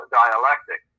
dialectic